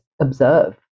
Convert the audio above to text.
observe